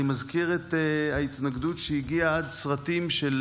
אני מזכיר את ההתנגדות שהגיעה עד סרטים באנגלית